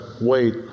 wait